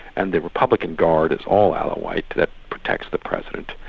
and the republican guard is all alawite that protects the president,